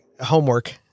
homework